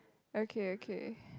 okay okay